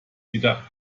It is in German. wieder